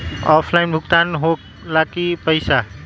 Offline भुगतान हो ला कि पईसा?